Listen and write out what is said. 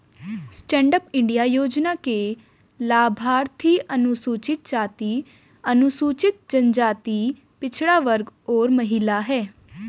stand up India योजना के लाभार्थी अनुसूचित जाति, अनुसूचित जनजाति, पिछड़ा वर्ग और महिला है